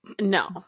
No